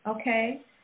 okay